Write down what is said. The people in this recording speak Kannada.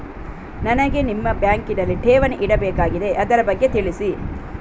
ನನಗೆ ನಿಮ್ಮ ಬ್ಯಾಂಕಿನಲ್ಲಿ ಠೇವಣಿ ಇಡಬೇಕಾಗಿದೆ, ಅದರ ಬಗ್ಗೆ ತಿಳಿಸಿ